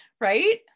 right